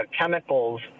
chemicals